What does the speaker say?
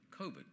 COVID